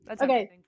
Okay